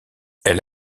elle